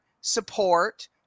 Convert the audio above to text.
support